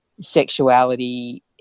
sexuality